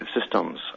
systems